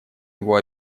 его